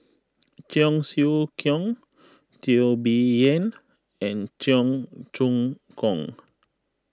Cheong Siew Keong Teo Bee Yen and Cheong Choong Kong